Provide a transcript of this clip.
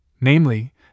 namely